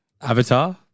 Avatar